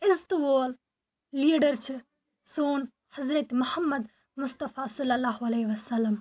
عزتہٕ وول لیٖڈَر چھِ سون حضرت محمد مصطفیٰ صلی اللہ علیہِ وَسلَم